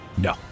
No